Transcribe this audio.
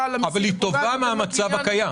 יותר --- אבל היא טובה מן המצב הקיים.